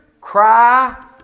cry